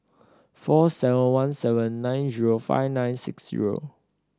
four seven one seven nine zero five nine six zero